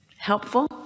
Helpful